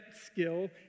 skill